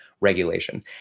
regulation